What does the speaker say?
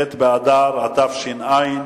ח' באדר התש"ע,